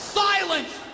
silence